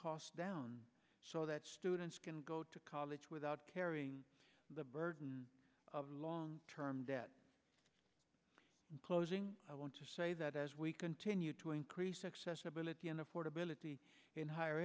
cost down so that students can go to college without carrying the burden of long term debt closing i want to say that as we continue to increase accessibility and affordability in higher